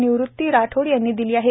निवृती राठोड यांनी दिली आहे